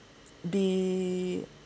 be